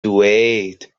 dweud